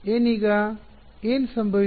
ಏನೀಗ ಎನ್ ಸಂಭವಿಸಿದ